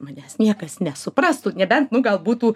manęs niekas nesuprastų nebent nu gal būtų